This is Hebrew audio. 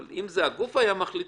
אם הגוף היה מחליט,